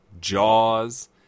Jaws